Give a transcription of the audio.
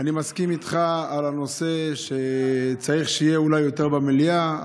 אני מסכים איתך על הנושא שצריך שיהיו אולי יותר במליאה.